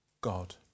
God